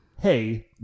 Hey